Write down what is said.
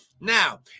Now